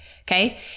okay